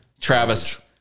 Travis